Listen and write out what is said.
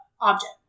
object